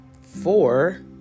four